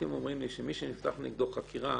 הייתם אומרים לי שמי שנפתחה נגדו חקירה